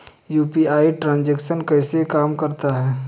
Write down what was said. UPI transaction कैसे काम करता है?